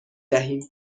دهیم